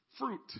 Fruit